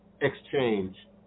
exchange